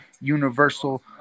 universal